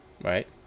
Right